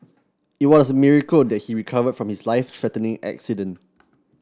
it was a miracle that he recovered from his life threatening accident